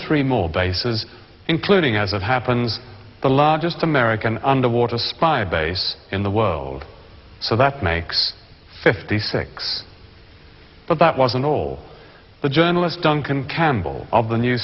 three more bases including as it happens the largest american underwater spy base in the world so that makes fifty six but that wasn't all the journalist duncan campbell